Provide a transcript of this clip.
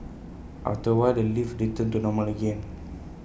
after A while the lift returned to normal again